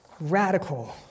radical